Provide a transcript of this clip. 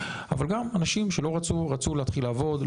אבל גם אנשים שרצו להתחיל לעבוד,